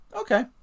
Okay